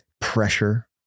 pressure